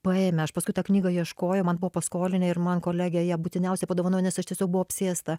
paėmė aš paskui tą knygą ieškojo man buvo paskolinę ir man kolegė ją būtiniausia padovanojo nes aš tiesiog buvau apsėsta